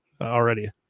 already